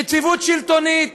יציבות שלטונית.